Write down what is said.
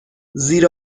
زیر